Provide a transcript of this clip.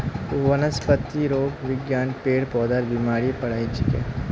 वनस्पतिरोग विज्ञान पेड़ पौधार बीमारीर पढ़ाई छिके